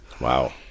Wow